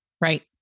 Right